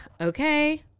Okay